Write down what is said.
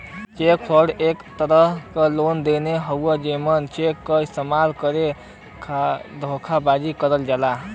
check fraud एक तरह क लेन देन हउवे जेमे चेक क इस्तेमाल करके धोखेबाजी करल जाला